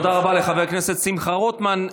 תודה רבה לחבר הכנסת שמחה רוטמן.